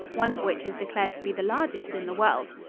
one of which is declared to be the largest in the world.